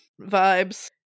vibes